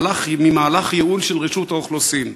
מהלך ייעול של רשות האוכלוסין: